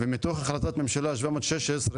ומתוך החלטת ממשלה 716,